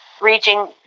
reaching